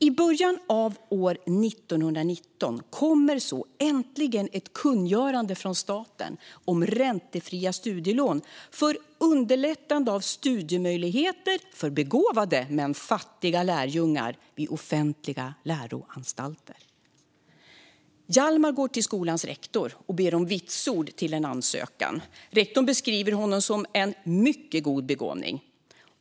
I början av år 1919 kommer så äntligen ett kungörande från staten om räntefria studielån för underlättande av studiemöjligheter för begåvade men fattiga lärjungar vid offentliga läroanstalter. Hjalmar går till skolans rektor och ber om vitsord till en ansökan. Rektorn beskriver honom som en "mycket god begåvning".